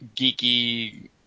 geeky